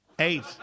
Eight